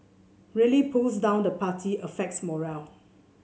really pulls down the party affects morale